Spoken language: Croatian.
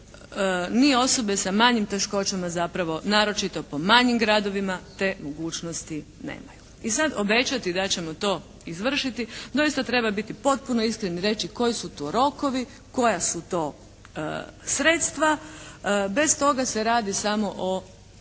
ni osobe sa manjim teškoćama, zapravo naročito po manjim gradovima te mogućnosti nemaju. I sada obećati da ćemo to izvršiti doista treba biti potpuno iskren i reći koji su to rokovi, koja su to sredstva. Bez toga se radi samo o